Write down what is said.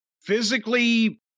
physically